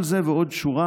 כל זה ועוד שורה